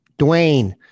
Dwayne